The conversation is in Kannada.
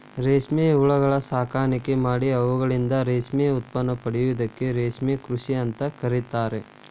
ರೇಷ್ಮೆ ಹುಳಗಳ ಸಾಕಾಣಿಕೆ ಮಾಡಿ ಅವುಗಳಿಂದ ರೇಷ್ಮೆ ಉತ್ಪನ್ನ ಪಡೆಯೋದಕ್ಕ ರೇಷ್ಮೆ ಕೃಷಿ ಅಂತ ಕರೇತಾರ